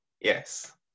Yes